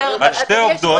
אדוני היושב ראש,